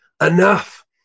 enough